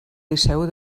liceu